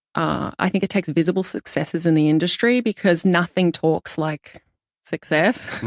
i think it takes visible successes in the industry. because nothing talks like success,